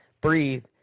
Breathe